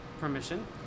permission